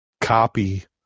copy